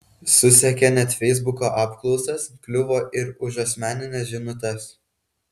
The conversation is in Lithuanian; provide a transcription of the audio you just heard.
susekė net feisbuko apklausas kliuvo ir už asmenines žinutes